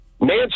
Nancy